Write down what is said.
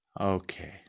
Okay